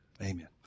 Amen